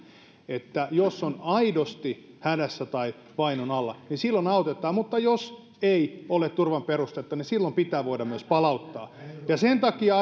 että jos on aidosti hädässä tai vainon alla niin silloin autetaan mutta jos ei ole turvan perustetta niin silloin pitää voida myös palauttaa sen takia